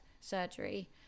surgery